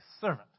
servant